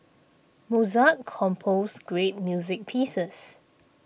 Mozart composed great music pieces